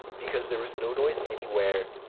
because there was no noise anywhere,